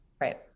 right